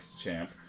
champ